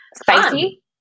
spicy